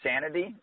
sanity